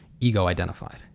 ego-identified